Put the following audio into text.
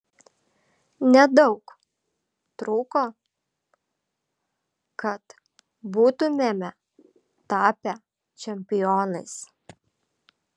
nedaug trūko kad būtumėme tapę čempionais